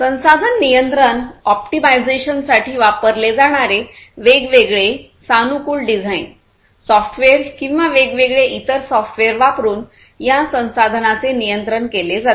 संसाधन नियंत्रण ऑप्टिमायझेशनसाठी वापरले जाणारे वेगवेगळे सानुकूल डिझाइन सॉफ्टवेअर किंवा वेगवेगळे इतर सॉफ्टवेअर वापरुन या संसाधनांचे नियंत्रण केले जाते